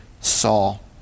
Saul